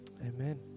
Amen